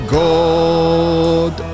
god